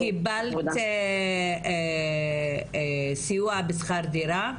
קיבלת סיוע בשכר דירה?